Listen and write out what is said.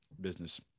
business